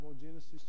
Genesis